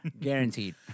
guaranteed